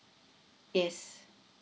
yes